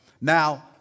Now